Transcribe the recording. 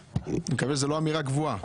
מקווה שזה לא אמירה קבועה.